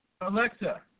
Alexa